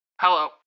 Hello